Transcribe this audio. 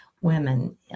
women